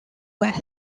wyeth